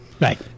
Right